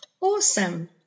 Awesome